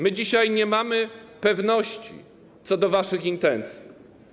My dzisiaj nie mamy pewności co do waszych intencji.